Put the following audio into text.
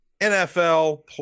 NFL